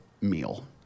meal